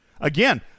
Again